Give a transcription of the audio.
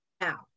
now